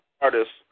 artists